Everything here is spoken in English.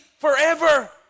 forever